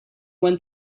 went